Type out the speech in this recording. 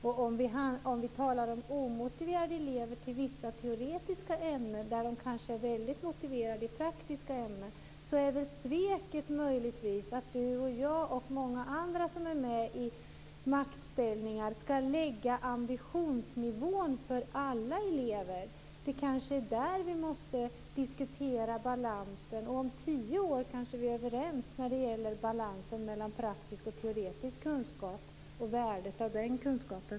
Om vi talar om omotiverade elever i vissa teoretiska ämnen som är väldigt motiverade i praktiska ämnen, är sveket möjligtvis att du och jag och andra som är med i maktställning lägger ambitionsnivån för alla elever. Det är kanske där som vi måste diskutera balansen. Om tio år är vi kanske överens när det gäller balansen mellan praktisk och teoretisk kunskap och värdet av den kunskapen.